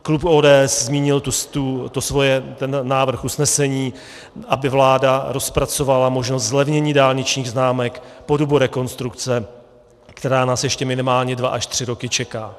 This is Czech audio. Klub ODS zmínil svůj návrh usnesení, aby vláda rozpracovala možnost zlevnění dálničních známek po dobu rekonstrukce, která nás ještě minimálně dva až tři roky čeká.